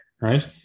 right